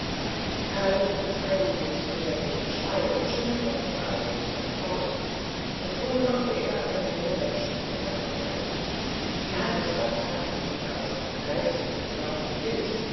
kalum verteidigte sich mehr durch geschrei und schimpfworte als durch seine faust und so lockte er eine menge menschen vor sein gewölbe die halbe stadt kannte ihn als einen geizigen gemeinen filz